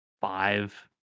five